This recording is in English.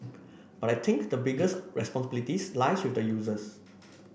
but I think the biggest responsibilities lies with the users